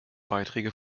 beiträge